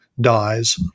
dies